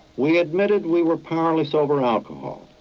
we admitted we were powerless over alcohol,